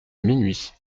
minuit